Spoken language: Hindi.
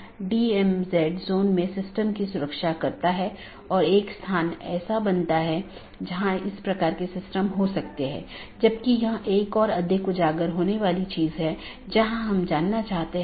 इंटीरियर गेटवे प्रोटोकॉल में राउटर को एक ऑटॉनमस सिस्टम के भीतर जानकारी का आदान प्रदान करने की अनुमति होती है